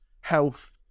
health